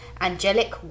angelic